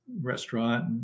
restaurant